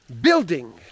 building